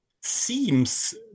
seems